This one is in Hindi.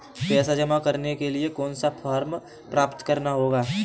पैसा जमा करने के लिए कौन सा फॉर्म प्राप्त करना होगा?